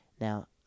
Now